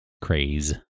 craze